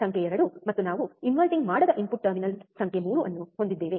ಸಂಖ್ಯೆ 2 ಮತ್ತು ನಾವು ಇನ್ವರ್ಟಿಂಗ್ ಮಾಡದ ಇನ್ಪುಟ್ ಟರ್ಮಿನಲ್ ಸಂಖ್ಯೆ 3 ಅನ್ನು ಹೊಂದಿದ್ದೇವೆ